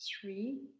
three